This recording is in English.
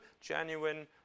genuine